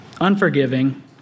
unforgiving